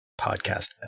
podcast